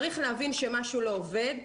צריך להבין שמשהו לא עובד.